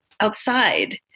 outside